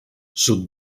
sud